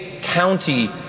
county